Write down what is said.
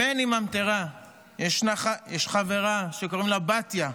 למני ממטרה יש חברה שקוראים לה בתיה,